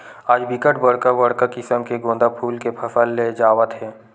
आज बिकट बड़का बड़का किसम के गोंदा फूल के फसल ले जावत हे